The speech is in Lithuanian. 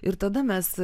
ir tada mes